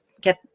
get